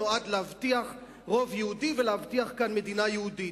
נועד להבטיח רוב יהודי ולהבטיח כאן מדינה יהודית.